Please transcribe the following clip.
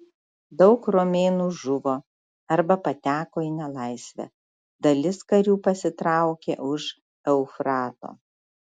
daug romėnų žuvo arba pateko į nelaisvę dalis karių pasitraukė už eufrato